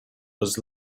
was